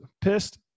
pissed